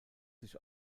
sich